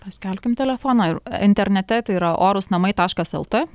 paskelbkim telefoną ir internete tai yra orūs namai taškas lt